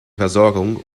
versorgung